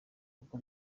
uko